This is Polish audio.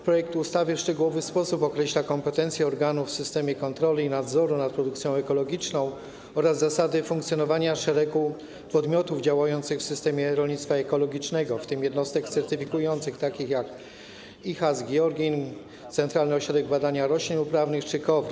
Projekt ustawy w szczegółowy sposób określa kompetencje organu w systemie kontroli i nadzoru nad produkcją ekologiczną oraz zasady funkcjonowania szeregu podmiotów działających w systemie rolnictwa ekologicznego, w tym jednostek certyfikujących, takich jak: IJHARS, PIORiN, Centralny Ośrodek Badania Odmian Roślin Uprawnych czy KOWR.